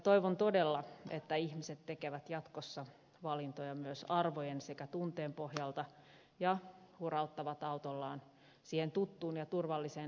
toivon todella että ihmiset tekevät jatkossa valintoja myös arvojen sekä tunteen pohjalta ja hurauttavat autollaan siihen tuttuun ja turvalliseen lähikauppaan